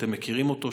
אתם מכירים אותו,